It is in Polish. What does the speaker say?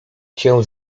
cię